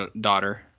daughter